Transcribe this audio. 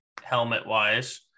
helmet-wise